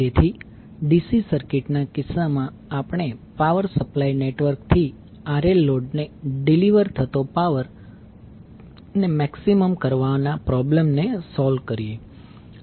તેથી DC સર્કિટના કિસ્સામાં આપણે પાવર સપ્લાય નેટવર્ક થી RL લોડને ડીલીવર થતો પાવર ને મેક્સિમમ કરવા ના પ્રોબ્લેમ ને સોલ્વ કરીએ